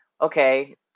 okay